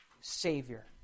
Savior